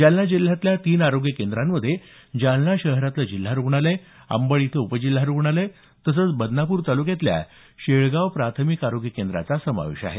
जालना जिल्ह्यातल्या तीन आरोग्य केंद्रांमध्ये जालना शहरातलं जिल्हा रुग्णालय अंबड इथलं उपजिल्हा रुग्णालय तसंच बदनापूर तालुक्यातल्या शेळगाव प्राथमिक आरोग्य केंद्राचा समावेश आहे